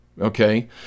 okay